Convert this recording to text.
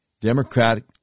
Democratic